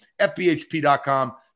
FBHP.com